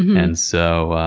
and so